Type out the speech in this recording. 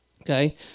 Okay